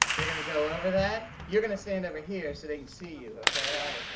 they're gonna go over that. you're gonna stand over here so they can see you, okay?